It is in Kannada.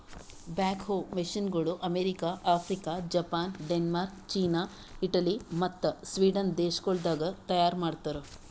ಬ್ಯಾಕ್ ಹೋ ಮಷೀನಗೊಳ್ America, Africa, Japan, Denmark, China, Italy ಮತ್ತ ಸ್ವೀಡನ್ ದೇಶಗೊಳ್ದಾಗ್ ತೈಯಾರ್ ಮಾಡ್ತಾರ್